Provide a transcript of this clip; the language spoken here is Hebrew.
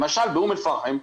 למשל באום אל פחם,